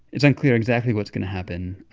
it's unclear exactly what's going to happen.